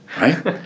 right